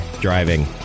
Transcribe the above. driving